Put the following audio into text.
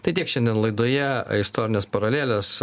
tai tiek šiandien laidoje istorinės paralelės